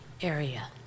area